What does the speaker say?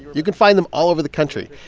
you can find them all over the country.